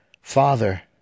Father